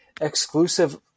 exclusive